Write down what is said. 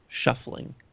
shuffling